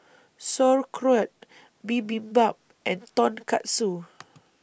Sauerkraut Bibimbap and Tonkatsu